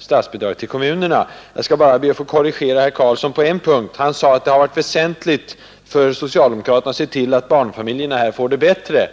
statsbidraget till kommunerna. Jag skall emellertid först be att få korrigera herr Karlsson på en punkt. Han sade att det har varit väsentligt för socialdemokraterna att se till att barnfamiljerna får det bättre.